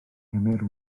emyr